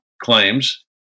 claims